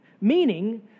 Meaning